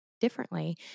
differently